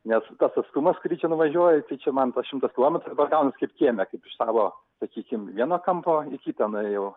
nes tas atstumas kurį čia nuvažiuoji tai čia man tas šimtas kilometrų dabar gaunasi kaip kieme kaip iš savo sakykim vieno kampo į kitą norėjau